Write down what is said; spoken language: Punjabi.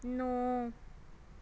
ਨੌ